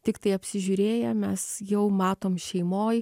tiktai apsižiūrėję mes jau matom šeimoj